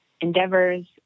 endeavors